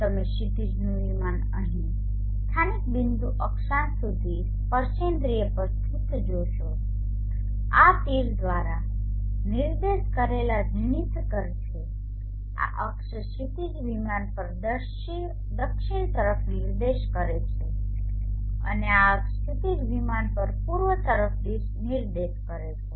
તમે ક્ષિતિજનું વિમાન અહીં સ્થાનિક બિંદુ અક્ષાંશ સુધી સ્પર્શેન્દ્રિય પર સ્થિત જોશો આ તીર દ્વારા નિર્દેશ કરેલા ઝીણીથ કર છે આ અક્ષ ક્ષિતિજ વિમાન પર દક્ષિણ તરફ નિર્દેશ કરે છે અને આ અક્ષ ક્ષિતિજ વિમાન પર પૂર્વ તરફ નિર્દેશ કરે છે